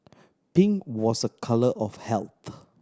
pink was a colour of health